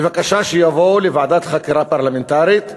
בבקשה שיבואו לוועדת חקירה פרלמנטרית ויגידו: